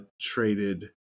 traded